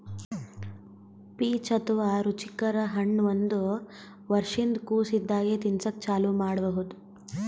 peach ಅಥವಾ ರುಚಿಕರ ಹಣ್ಣ್ ಒಂದ್ ವರ್ಷಿನ್ದ್ ಕೊಸ್ ಇದ್ದಾಗೆ ತಿನಸಕ್ಕ್ ಚಾಲೂ ಮಾಡಬಹುದ್